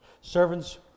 Servants